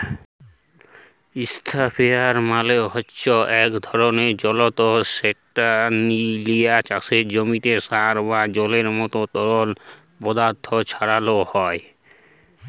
ইসপেরেয়ার মালে হছে ইক ধরলের জলতর্ যেট লিয়ে চাষের জমিতে সার বা জলের মতো তরল পদাথথ ছড়ালো হয়